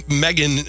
Megan